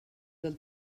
del